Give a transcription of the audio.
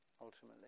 ultimately